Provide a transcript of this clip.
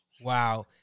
Wow